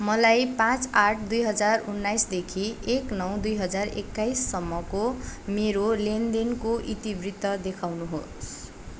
मलाई पाँच आठ दुई हजार उन्नाइसदेखि एक नौ दुई हजार एक्काइससम्मको मेरो लेनदेनको इतिवृत्त देखाउनुहोस्